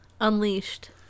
Unleashed